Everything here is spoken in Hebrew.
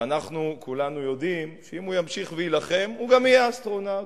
ואנחנו כולנו יודעים שאם הוא ימשיך ויילחם הוא גם יהיה אסטרונאוט,